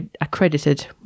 accredited